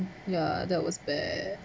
ya that was bad